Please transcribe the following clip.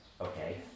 Okay